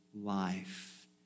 life